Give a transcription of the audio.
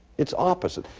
it's opposite.